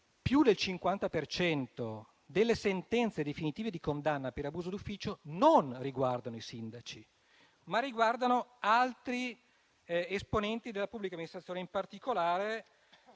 per cento delle sentenze definitive di condanna per abuso d'ufficio non riguardano i sindaci, ma altri esponenti della pubblica amministrazione, in particolare